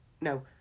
No